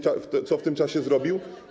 Co w tym czasie zrobił?